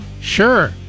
Sure